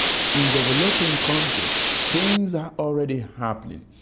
in developing countries things are already happening.